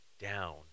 down